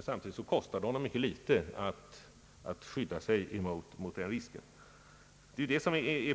samtidigt som det kostar honom rätt litet att skydda sig mot denna risk.